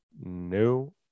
No